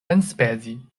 enspezi